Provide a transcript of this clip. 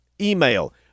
Email